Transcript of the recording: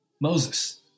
Moses